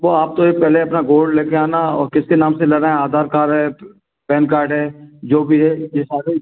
तो आप तो पहले अपना गोल्ड लेकर आना और किसके नाम से लेना है आधार कार् है पैन कार्ड है जो भी है यह सारे